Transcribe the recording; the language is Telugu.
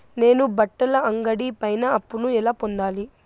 నేను బట్టల అంగడి పైన అప్పును ఎలా పొందాలి?